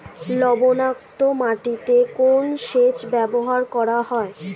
লবণাক্ত মাটিতে কোন সেচ ব্যবহার করা হয়?